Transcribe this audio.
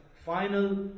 Final